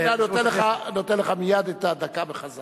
אני נותן לך מייד את הדקה בחזרה.